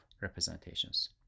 representations